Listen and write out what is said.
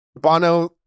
bono